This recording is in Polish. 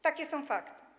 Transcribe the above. Takie są fakty.